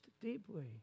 deeply